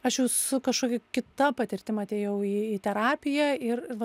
aš jau su kažkokį kita patirtim atėjau į terapiją ir va